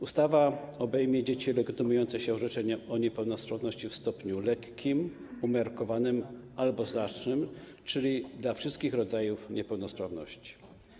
Ustawa obejmie dzieci legitymujące się orzeczeniem o niepełnosprawności w stopniu lekkim, umiarkowanym albo znacznym, czyli dotyczy to wszystkich rodzajów niepełnosprawności.